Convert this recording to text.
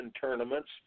tournaments